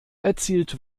erzielt